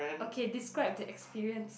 okay describe the experience